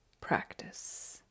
practice